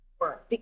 work